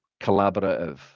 collaborative